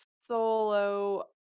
solo